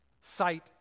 sight